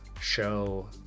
show